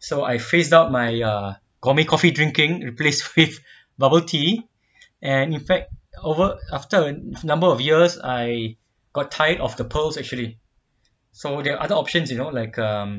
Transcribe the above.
so I phased out my err cof~ coffee drinking replace with bubble tea and in fact over after a number of years I got tired of the pearls actually so there are either options you know like um